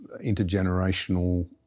intergenerational